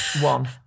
One